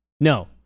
No